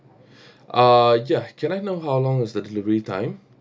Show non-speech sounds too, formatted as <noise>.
<breath> uh ya can I know how long is the delivery time